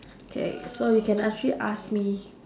K so you can actually ask me